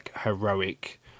heroic